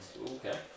Okay